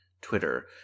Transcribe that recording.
Twitter